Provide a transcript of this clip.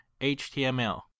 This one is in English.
html